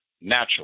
natural